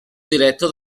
diretto